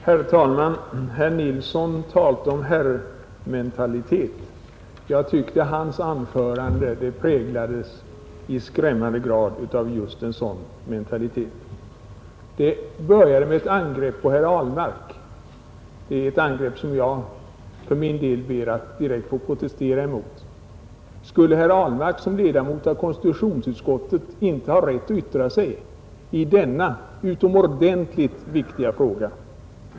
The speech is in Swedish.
Herr talman! Herr Nilsson i Kalmar talade om herrementalitet. Jag tyckte att hans anförande i skrämmande hög grad präglades av just en sådan mentalitet. Han började med ett angrepp på herr Ahlmark, ett angrepp som jag för min del ber att direkt få protestera mot. Skulle herr Ahlmark såsom ledamot av konstitutionsutskottet inte ha rätt att yttra sig i denna utomordentligt viktiga fråga?